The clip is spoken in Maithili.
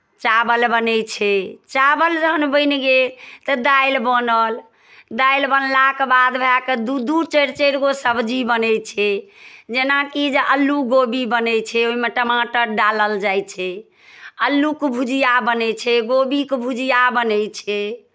चावल बनै छै चावल जहन बनि गेल तऽ दालि बनल दालि बनलाके बाद भए कऽ दू दू चारि चारि गो सब्जी बनै छै जेनाकि जे अल्लू गोभी बनै छै ओहिमे टमाटर डालल जाइ छै अल्लूके भुजिया बनै छै गोभीके भुजिया बनै छै